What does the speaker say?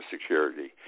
Security